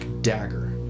dagger